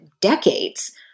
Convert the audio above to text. decades